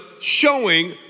showing